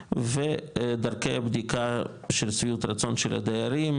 ודרכי בדיקה של שביעות רצון של הדיירים,